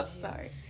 sorry